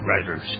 writers